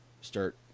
start